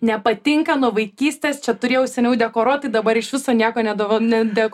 nepatinka nuo vaikystės čia turėjau seniau dekoruot dabar iš viso nieko nedova nede